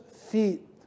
feet